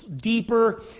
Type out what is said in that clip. deeper